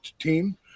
team